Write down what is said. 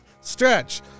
Stretch